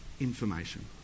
information